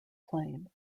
plain